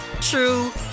true